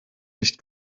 nicht